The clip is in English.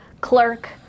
clerk